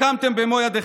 שהקמתם במו ידיכם.